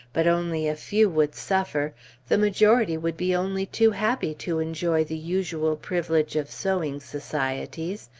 but only a few would suffer the majority would be only too happy to enjoy the usual privilege of sewing societies,